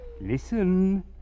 Listen